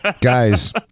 guys